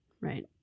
right